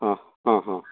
ହଁ ହଁ ହଁ